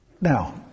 Now